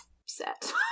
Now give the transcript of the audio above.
upset